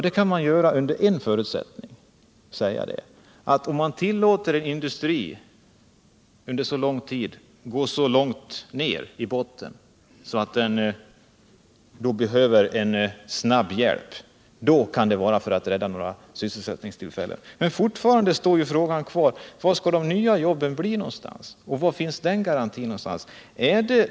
Det kan man säga under en förutsättning: Om man tillåter en industri att under så lång tid gå så långt ned i botten att den behöver snabb hjälp, då kan detta rädda några sysselsättningstillfällen. Men frågan kvarstår: Var skall de nya jobben skapas? Var finns garantin för dem?